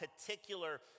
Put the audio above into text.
particular